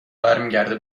برمیگرده